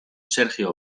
sergio